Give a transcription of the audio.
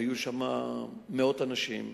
היו שם מאות אנשים.